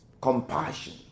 compassion